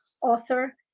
author